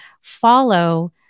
follow